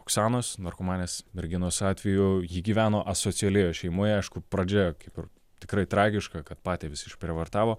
oksanos narkomanės merginos atveju ji gyveno asocialioje šeimoje aišku pradžioje kaip ir tikrai tragiška kad patėvis išprievartavo